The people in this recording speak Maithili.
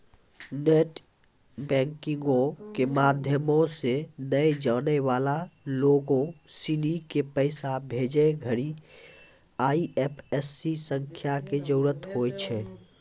नेट बैंकिंगो के माध्यमो से नै जानै बाला लोगो सिनी के पैसा भेजै घड़ि आई.एफ.एस.सी संख्या के जरूरत होय छै